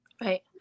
Right